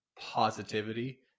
positivity